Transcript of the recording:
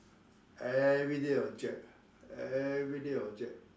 everyday object ah everyday object